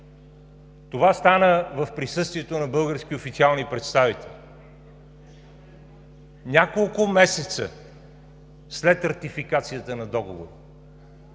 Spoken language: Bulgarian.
Това стана в присъствието на български официални представители, няколко месеца след ратификацията на Договора,